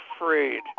afraid